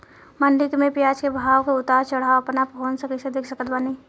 मंडी मे प्याज के भाव के उतार चढ़ाव अपना फोन से कइसे देख सकत बानी?